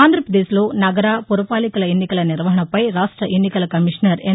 ఆంధ్రప్రదేశ్లో నగర పురపాలికల ఎన్నికల నిర్వహణపై రాష్ట ఎన్నికల కమిషనర్ ఎన్